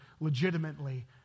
legitimately